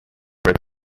read